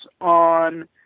on